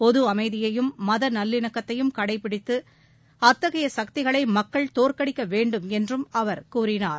பொது அமைதியையும் மத நல்லிணக்கத்தையும் கடைப்பிடித்து அத்தகைய சக்திகளை மக்கள் தோற்கடிக்க வேண்டும் என்றும் அவர் கூறினார்